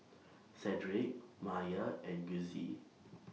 Cedric Maia and Gussie